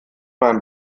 beim